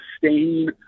sustain